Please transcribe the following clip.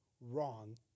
wrong